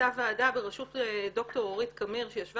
הייתה ועדה בראשות ד"ר רות קמיר שישבה